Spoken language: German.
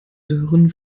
sören